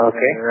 Okay